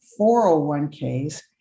401Ks